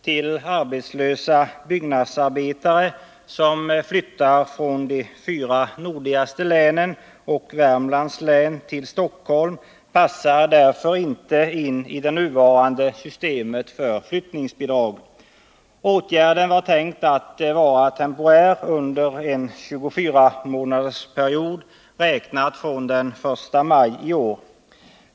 till arbetslösa byggnadsarbetare som flyttar från de fyra nordligaste länen och Värmlands län till Stockholm, passar därför inte in i det nuvarande systemet för flyttningsbidrag. Åtgärden var tänkt att vara temporär under en 24-månadersperiod räknat från den 1 maj i år.